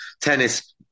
tennis